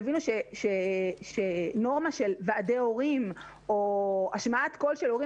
תבינו שנורמה של ועדי הורים או השמעת קול של הורים